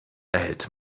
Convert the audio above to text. erhält